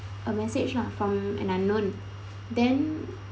a message lah from an unknown then